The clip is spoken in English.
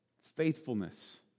faithfulness